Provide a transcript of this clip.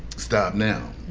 stop now.